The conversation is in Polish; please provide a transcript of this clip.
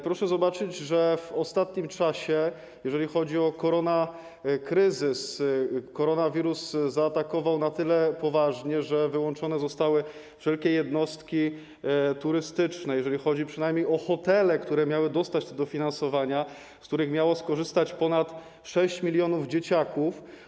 Proszę zobaczyć, że w ostatnim czasie, jeżeli chodzi o koronakryzys, koronawirus zaatakował na tyle poważnie, że wyłączone zostały wszelkie jednostki turystyczne, jeżeli chodzi przynajmniej o hotele, które miały dostać dofinansowania, z których miało skorzystać ponad 6 mln dzieciaków.